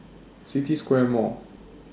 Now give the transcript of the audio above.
City Square Mall